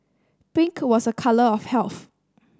pink was a colour of health